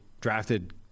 drafted